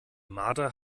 marder